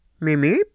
Mimi